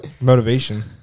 Motivation